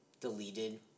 deleted